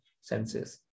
senses